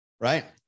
Right